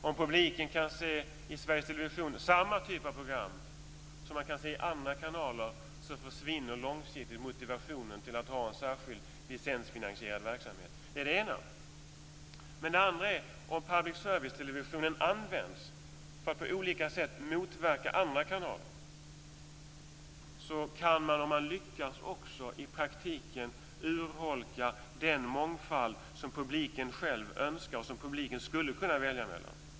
Om publiken i Sveriges Television kan se samma typ av program som man kan se i andra kanaler, försvinner långsiktigt motivationen att ha en särskild licensfinansierad verksamhet. Det är den ena invändningen. Om public service-televisionen används för att på olika sätt motverka andra kanaler, så kan man om man lyckas i praktiken också urholka den mångfald som publiken själv önskar och skulle kunna välja mellan.